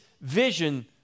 vision